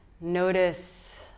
Notice